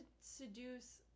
seduce